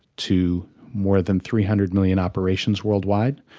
to more than three hundred million operations worldwide,